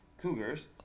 Cougars